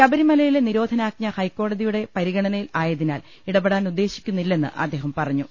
ശബരിമലയിലെ നിരോധനാജ്ഞ ഹൈക്കോടതിയുടെ പരിഗണനയിലായതിനാൽ ഇടപെടാൻ ഉദ്ദേശിക്കുന്നില്ലെന്ന് അദ്ദേഹം പറഞ്ഞു